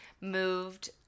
moved